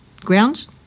grounds